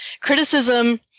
Criticism